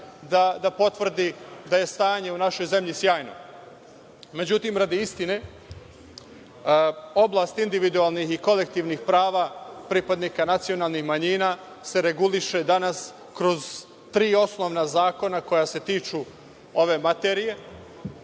da potvrdi da je stanje u našoj zemlji sjajno. Međutim, radi istine, oblast individualnih i kolektivnih prava pripadnika nacionalnih manjina se reguliše danas kroz tri osnovna zakona koja se tiču ove materije,